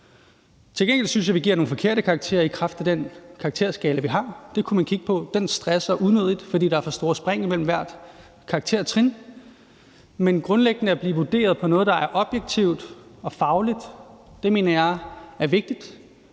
Til gengæld synes jeg, at vi giver nogle forkerte karakterer i kraft af den karakterskala, vi har. Den kunne man kigge på. Den stresser unødigt, fordi der er for store spring imellem hvert karaktertrin. Men det at blive vurderet på noget, der er objektivt og fagligt, mener jeg grundlæggende